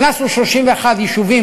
הכנסנו 31 יישובים,